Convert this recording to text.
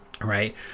right